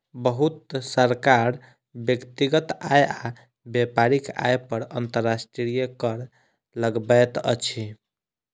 बहुत सरकार व्यक्तिगत आय आ व्यापारिक आय पर अंतर्राष्ट्रीय कर लगबैत अछि